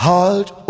Heart